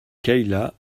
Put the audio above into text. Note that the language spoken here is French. cayla